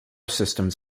systems